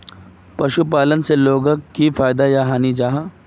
पशुपालन से लोगोक की हानि या फायदा जाहा?